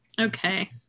Okay